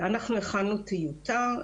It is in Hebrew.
הכנו טיוטה,